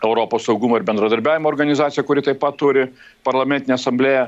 europos saugumo ir bendradarbiavimo organizacija kuri taip pat turi parlamentinę asamblėją